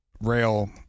rail